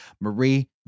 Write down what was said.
Marie